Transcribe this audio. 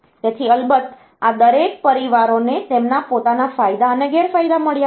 તેથી અલબત્ત આ દરેક પરિવારોને તેમના પોતાના ફાયદા અને ગેરફાયદા મળ્યા છે